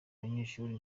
banyeshuri